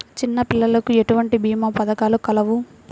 చిన్నపిల్లలకు ఎటువంటి భీమా పథకాలు కలవు?